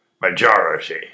Majority